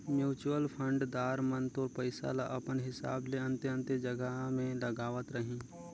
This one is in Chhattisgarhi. म्युचुअल फंड दार मन तोर पइसा ल अपन हिसाब ले अन्ते अन्ते जगहा में लगावत रहीं